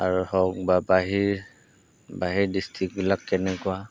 আৰু হওক বা বাহিৰ বাহিৰ ডিষ্ট্ৰিকবিলাক কেনেকুৱা